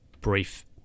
brief